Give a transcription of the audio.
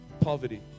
poverty